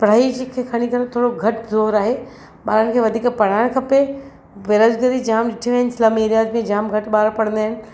पढ़ाई जे खे खणी थोरो घटि ज़ोर आहे ॿारनि खे वधीक पढ़ाइणु खपे बिराजदारी जी जाम ॾिठो आहे स्लम एरिया में जाम घटि ॿार पढ़ंदा आहिनि